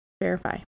verify